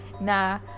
na